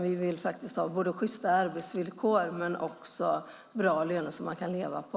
Vi vill ha både sjysta arbetsvillkor och bra löner som man kan leva på.